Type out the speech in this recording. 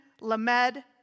lamed